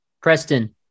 Preston